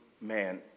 man